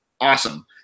awesome